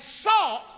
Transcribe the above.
sought